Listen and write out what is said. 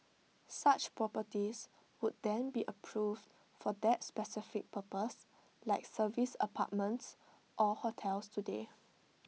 such properties would then be approved for that specific purpose like service apartments or hotels today